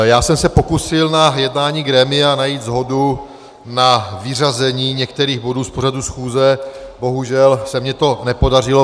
Já jsem se pokusil na jednání grémia najít shodu na vyřazení některých bodů z pořadu schůze, bohužel se mi to nepodařilo.